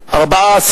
(תיקון,